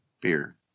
Beer